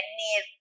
need